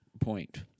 point